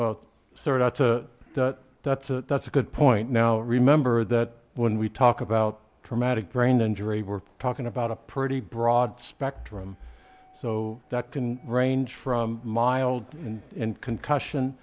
out a that's a that's a good point now remember that when we talk about traumatic brain injury we're talking about a pretty broad spectrum so that can range from mild and concussion